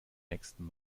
nächsten